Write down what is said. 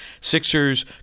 Sixers